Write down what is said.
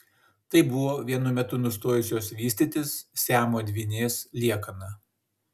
tai buvo vienu metu nustojusios vystytis siamo dvynės liekana